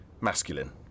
Masculine